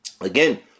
Again